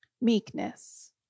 meekness